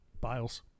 Biles